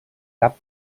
cap